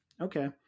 Okay